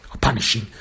punishing